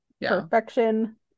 perfection